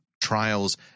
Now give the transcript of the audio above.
trials